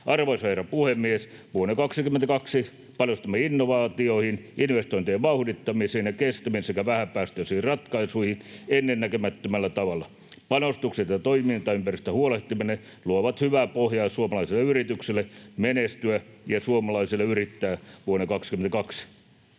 Arvoisa herra puhemies! Vuonna 22 panostamme innovaatioihin, investointien vauhdittamiseen ja kestäviin sekä vähäpäästöisiin ratkaisuihin ennennäkemättömällä tavalla. Panostukset ja toimintaympäristöstä huolehtiminen luovat hyvää pohjaa suomalaisille yrityksille menestyä ja suomalaisille yrittää vuonna 22.